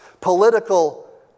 political